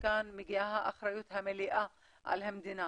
ומכאן מגיעה האחריות המלאה של המדינה.